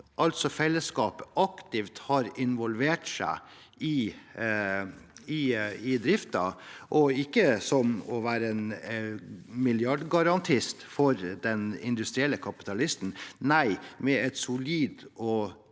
fellesskapet, aktivt har involvert seg i driften og ikke bare har vært en milliardgarantist for den industrielle kapitalisten. Med et solid,